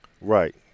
Right